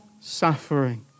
suffering